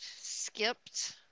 skipped